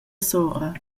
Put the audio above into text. sora